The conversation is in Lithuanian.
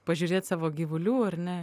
pažiūrėt savo gyvulių ar ne